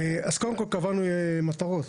אז קודם כל קבענו מטרות,